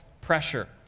pressure